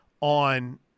on